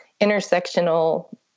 intersectional